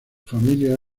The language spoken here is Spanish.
familia